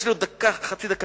יש לי עוד דקה, חצי דקה.